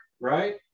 right